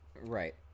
Right